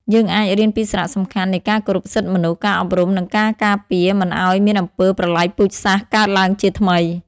យើងអាចរៀនពីសារៈសំខាន់នៃការគោរពសិទ្ធិមនុស្ស ការអប់រំ និងការការពារមិនឲ្យមានអំពើប្រល័យពូជសាសន៍កើតឡើងជាថ្មី។